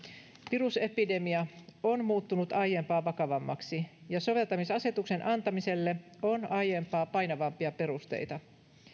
virusepidemia on muuttunut aiempaa vakavammaksi ja soveltamisasetuksen antamiselle on aiempaa painavampia perusteita